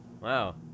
Wow